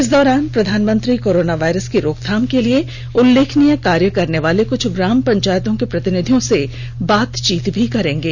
इस दौरान प्रधानमंत्री कोरोना वायरस की रोकथाम के लिए उल्लेखनीय कार्य करनेवाले कुछ ग्राम पंचायतों के प्रतिनिधियों से बातचीत भी करेंगे